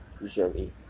usually